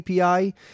API